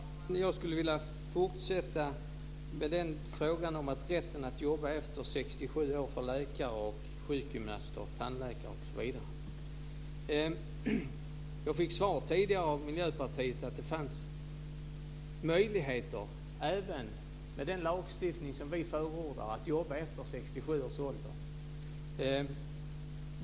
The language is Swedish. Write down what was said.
Herr talman! Jag skulle vilja fortsätta med frågan om rätten att fortsätta jobba efter 67 års ålder för läkare, sjukgymnaster, tandläkare osv. Jag fick tidigare svaret från Miljöpartiet att det finns möjligheter även med den lagstiftning som vi förordar att jobba efter 67 års ålder.